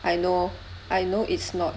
I know I know it's not